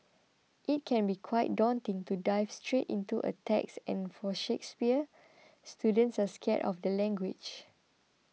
it can be quite daunting to dive straight into a text and for Shakespeare students are scared of the language